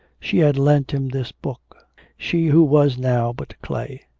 she had lent him this book she who was now but clay.